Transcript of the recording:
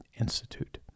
Institute